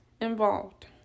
involved